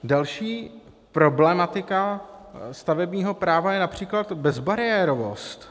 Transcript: Další problematika stavebního práva je například bezbariérovost.